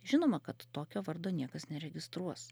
žinoma kad tokio vardo niekas neregistruos